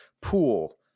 pool